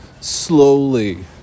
slowly